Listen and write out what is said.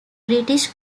british